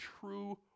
true